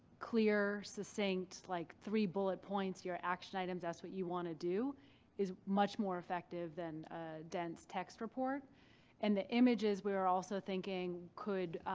clear, succinct, like three bullet points, your action items, if that's what you want to do is much more effective than a dense text report and the images we were also thinking could.